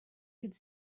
could